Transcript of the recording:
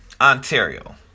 Ontario